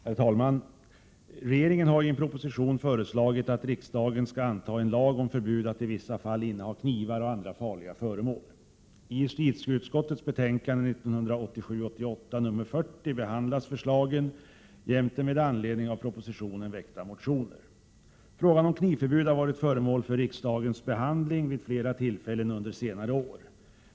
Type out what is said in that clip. Herr talman! Regeringen har i en proposition föreslagit att riksdagen skall anta en lag om förbud att i vissa fall inneha knivar och andra farliga föremål. Frågan om knivförbud har varit föremål för riksdagens behandling vid flera tillfällen under senare år.